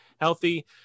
healthy